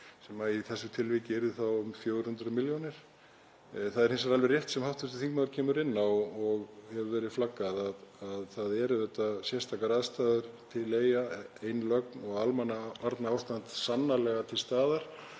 sem í þessu tilviki yrði þá um 400 milljónir. Það er hins vegar alveg rétt sem hv. þingmaður kemur inn á og hefur verið flaggað að það eru auðvitað sérstakrar aðstæður til Eyja, ein lögn og almannavarnaástand sannarlega til staðar.